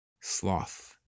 sloth